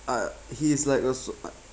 uh he's like a so